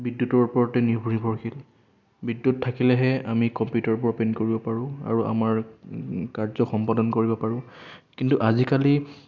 বিদ্যুতৰ ওপৰতে নিৰ্ভৰশীল বিদ্যুৎ থাকিলেহে আমি কম্পিউটাৰবোৰ অপেন কৰিব পাৰোঁ আৰু আমাৰ কাৰ্য্য সম্পাদন কৰিব পাৰোঁ কিন্তু আজিকালি